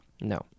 no